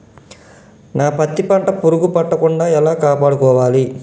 నా పత్తి పంట పురుగు పట్టకుండా ఎలా కాపాడుకోవాలి?